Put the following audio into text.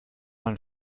man